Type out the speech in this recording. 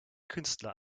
künstler